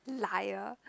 liar